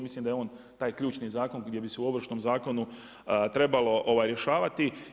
Mislim da je on taj ključni zakon gdje bi se u Ovršnom zakonu trebali rješavati.